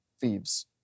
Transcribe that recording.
thieves